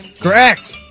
Correct